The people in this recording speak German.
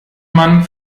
man